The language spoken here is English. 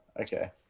okay